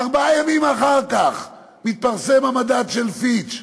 ארבעה ימים אחר כך מתפרסם המדד של "פיץ'".